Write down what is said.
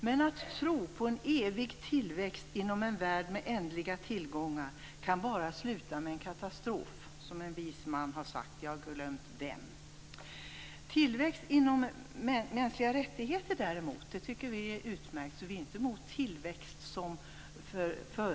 Men att tro på en evig tillväxt inom en värld med ändliga tillgångar kan bara sluta med katastrof - som en vis man sagt. Tillväxt som en del av de mänskliga rättigheterna tycker vi är utmärkt. Vi är inte emot tillväxt som företeelse.